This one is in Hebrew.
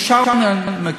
אישרנו.